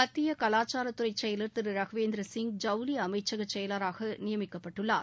மத்திய கலாச்சாரத்துறை செயலர் திரு ரகுவேந்திர சிங் ஜவுளி அமைச்சக செயலராக நியமிக்கப்பட்டுள்ளார்